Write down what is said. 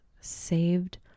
saved